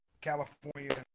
California